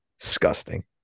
Disgusting